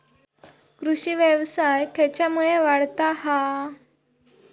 कृषीव्यवसाय खेच्यामुळे वाढता हा?